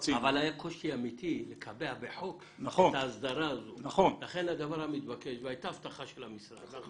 אבל היה קושי אמיתי לקבע בחוק את ההסדרה הזו והייתה הבטחה של המשרד,